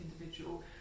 individual